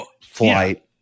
flight